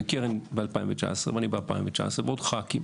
וקרן ב-2019, ואני ב-2019, ועוד ח"כים.